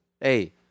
Hey